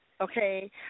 Okay